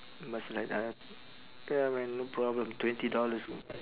must like uh ya man no problem twenty dollars